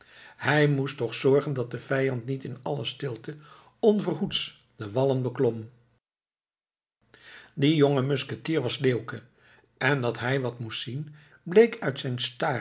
hij moest toch zorgen dat de vijand niet in alle stilte onverhoeds de wallen beklom die jonge musketier was leeuwke en dat hij wat moest zien bleek uit